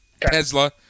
Tesla